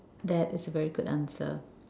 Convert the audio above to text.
that is a very good answer